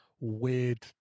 weird